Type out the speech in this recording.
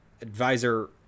Advisor